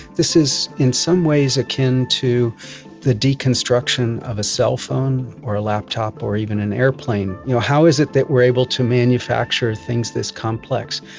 this is in some ways akin to the deconstruction of a cell phone or a laptop or even an aeroplane. you know how is it that we are able to manufacture things this complex?